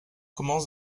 commence